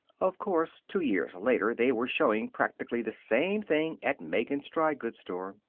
of course, two years later they were showing practically the same thing at megan's dry-goods store.